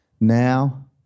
now